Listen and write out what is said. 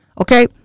Okay